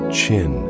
chin